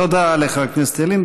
תודה לחבר הכנסת ילין.